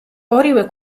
ორივე